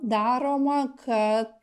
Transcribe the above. daroma kad